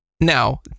now